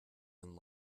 and